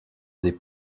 des